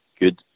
good